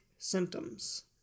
symptoms